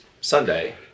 Sunday